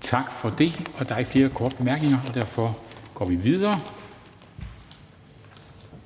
Kl. 21:18 Formanden (Henrik Dam Kristensen): Tak for det. Der er ikke flere korte bemærkninger, og derfor går vi videre til